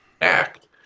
act